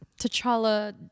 t'challa